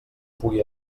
pugui